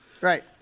right